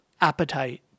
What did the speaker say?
appetite